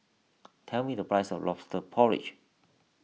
tell me the price of Lobster Porridge